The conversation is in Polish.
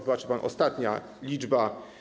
Wybaczy pan, ostatnia liczba.